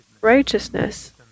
Righteousness